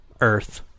Earth